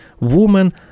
Woman